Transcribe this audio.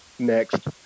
next